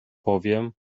powiem